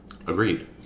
Agreed